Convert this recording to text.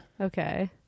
Okay